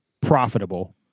profitable